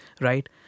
right